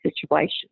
situation